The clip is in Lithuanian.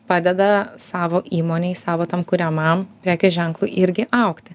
padeda savo įmonei savo tam kuriamam prekės ženklui irgi augti